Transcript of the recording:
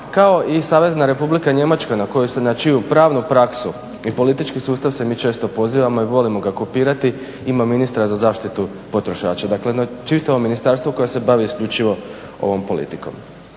kao i Savezna Republika Njemačka na čiju pravnu praksu i politički sustav se mi često pozivamo i volimo ga kopirati, ima ministra za zaštitu potrošača. Dakle, jedno čitavo ministarstvo koje se bavi isključivo ovom politikom.